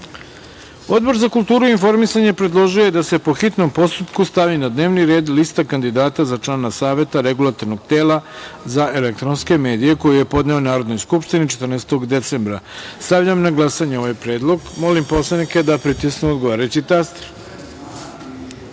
za kulturu i informisanje predložio je da se po hitnom postupku stavi na dnevni red lista kandidata za člana Saveta regulatornog tela za elektronske medije, koji je podneo Narodnoj skupštini 14. decembra. Stavljam na glasanje ovaj predlog. Molim poslanike da pritisnu odgovarajući